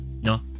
No